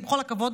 בכל הכבוד,